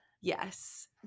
Yes